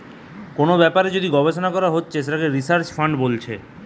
কোন ব্যাপারে যদি গবেষণা করা হতিছে সেটাকে রিসার্চ ফান্ড বলতিছে